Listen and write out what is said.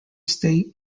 state